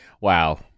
Wow